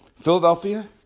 Philadelphia